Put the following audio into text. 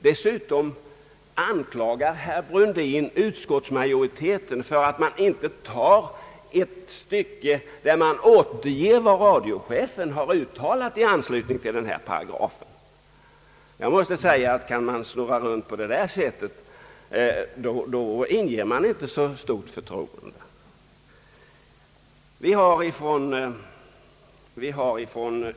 Dessutom anklagar herr Brundin utskottsmajoriteten för att man inte återger vad radiochefen uttalat i anslutning till denna paragraf. Kan man snurra runt på det sättet, inger man inte så stort förtroende.